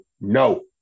No